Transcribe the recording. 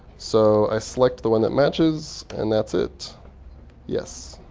so i select the one that matches. and that's it yes.